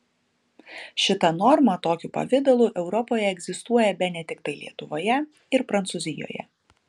šita norma tokiu pavidalu europoje egzistuoja bene tiktai lietuvoje ir prancūzijoje